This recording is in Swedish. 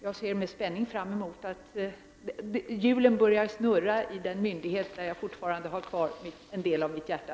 Jag ser med spänning fram emot att hjulen börjar snurra i den myndighet där jag fortfarande har kvar en del av mitt hjärta.